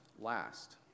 last